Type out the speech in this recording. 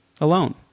alone